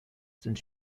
sind